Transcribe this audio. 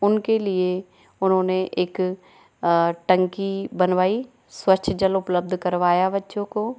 उनके लिए उन्होंने एक एक टंकी बनवाई स्वच्छ जल उपलब्ध करवाया बच्चों को